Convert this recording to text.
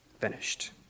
finished